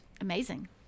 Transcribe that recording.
amazing